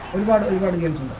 want anyone, the